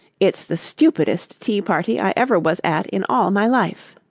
it's the stupidest tea-party i ever was at in all my life